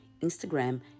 Instagram